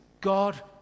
God